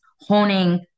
honing